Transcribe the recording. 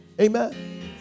amen